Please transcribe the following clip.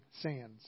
sands